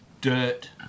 dirt